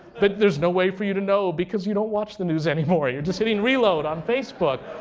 but there's no way for you to know because you don't watch the news anymore. you're just hitting reload on facebook.